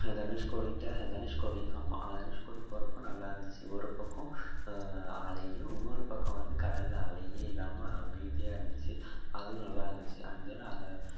அந்த தனுஷ்கோடிக்கிட்ட தனுஷ்கோடி ஆமாம் அது தனுஷ்கோடி போகிறப்ப நல்லாருந்துச்சு ஒரு பக்கம் அலையும் இன்னோரு பக்கம் வந்து கடல் அலையே இல்லாமல் அமைதியாக இருந்துச்சு அதுவும் நல்லாருந்துச்சு அண்ட் தென் அதை